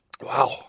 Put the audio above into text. wow